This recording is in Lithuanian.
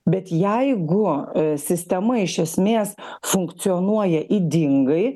bet jeigu sistema iš esmės funkcionuoja ydingai